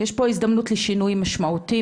יש פה הזדמנות לשינוי משמעותי,